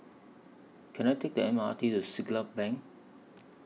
Can I Take The M R T to Siglap Bank